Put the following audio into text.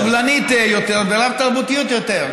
סובלנית יותר ורב-תרבותית יותר.